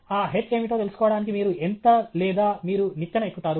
ఆ h ఏమిటో తెలుసుకోవడానికి మీరు ఎంత లేదా మీరు నిచ్చెన ఎక్కుతారు